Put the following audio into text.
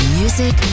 music